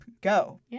go